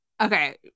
Okay